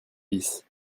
bis